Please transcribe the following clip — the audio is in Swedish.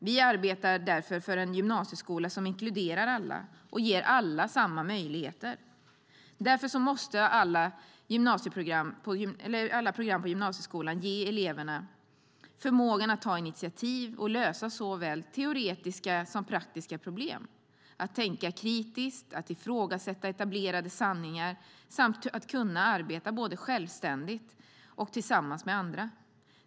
Vi arbetar därför för en gymnasieskola som inkluderar alla och ger alla samma möjligheter. Därför måste alla program på gymnasieskolan ge eleverna förmåga att ta initiativ och lösa såväl teoretiska som praktiska problem, att tänka kritiskt, att ifrågasätta etablerade sanningar och att kunna arbeta både självständigt och tillsammans med andra.